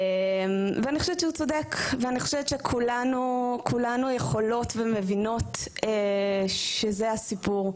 אני חושבת שהוא צודק ואני חושבת שכולנו יכולות ומבינות שזה הסיפור,